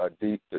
deep